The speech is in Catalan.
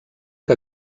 que